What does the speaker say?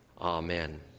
amen